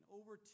over